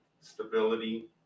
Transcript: Stability